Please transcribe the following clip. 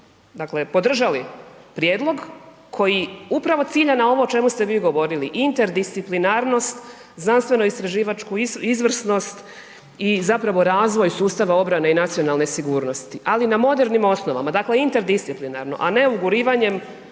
dakle podržali prijedlog koji upravo cilja na ovo o čemu ste vi govorili, interdisciplinarnost, znanstveno istraživačku izvrsnost i zapravo razvoj sustava obrane i nacionalne sigurnosti ali na modernim osnovama, dakle interdisciplinarno a ne ugurivanjem